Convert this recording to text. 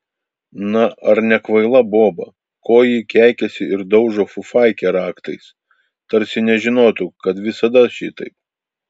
na ar nekvaila boba ko ji keikiasi ir daužo fufaikę raktais tarsi nežinotų kad visada šitaip